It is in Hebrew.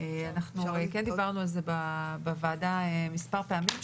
אנחנו כן דיברנו על זה בוועדה מספר פעמים.